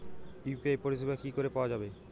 UPI পরিষেবা কি করে পাওয়া যাবে?